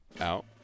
out